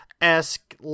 esque